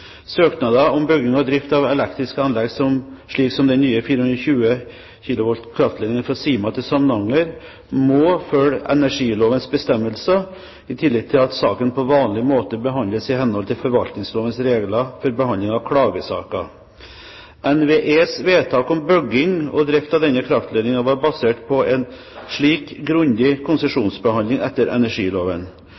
Søknader om bygging og drift av elektriske anlegg slik som den nye 420 kV kraftledningen fra Sima til Samnanger, må følge energilovens bestemmelser i tillegg til at saken på vanlig måte behandles i henhold til forvaltningslovens regler for behandling av klagesaker. NVEs vedtak om bygging og drift av denne kraftledningen var basert på en slik grundig